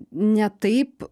ne taip